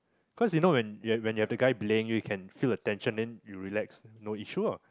cause you know when when you're the guy belaying you can feel the tension then you relax no issue lah